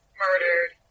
murdered